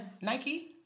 Nike